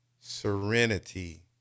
serenity